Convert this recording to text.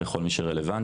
לכל מי שרלוונטי,